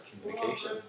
communication